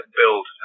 build